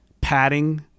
padding